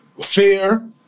fear